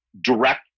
direct